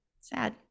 Sad